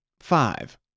Five